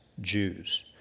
Jews